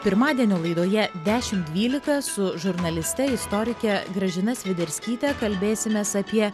pirmadienio laidoje dešimt dvylika su žurnaliste istorike gražina sviderskytė kalbėsimės apie